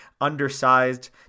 undersized